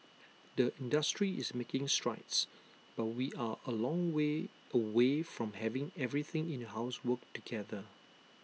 the industry is making strides but we are A long way away from having everything in your house work together